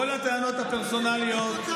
כל הטענות הפרסונליות,